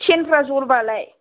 सेनफ्रा जबालाय